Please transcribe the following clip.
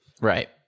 Right